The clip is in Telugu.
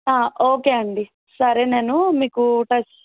ఓకే అండి సరే నేను మీకు టచ్